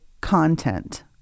content